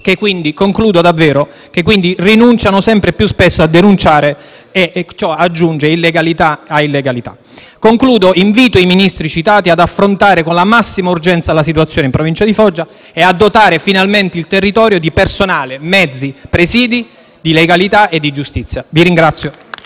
che, quindi, rinunciano sempre più spesso a denunciare. Ciò aggiunge illegalità a illegalità. In conclusione, invito i Ministri citati ad affrontare con la massima urgenza la situazione in Provincia di Foggia e a dotare finalmente il territorio di personale, mezzi e presidi di legalità e di giustizia. *(Applausi